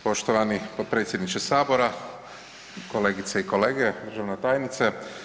Poštovani potpredsjedniče Sabora, kolegice i kolege, državna tajnice.